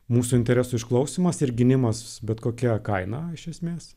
mūsų interesų išklausymas ir gynimas bet kokia kaina iš esmės